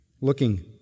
looking